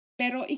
pero